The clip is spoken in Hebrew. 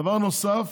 דבר נוסף,